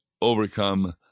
overcome